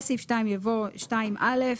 במקום המילים 'ועד יום כ"ז בטבת התשפ"ב' יבוא 'ועד יום